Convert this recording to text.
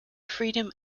freedom